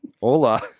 Hola